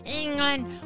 England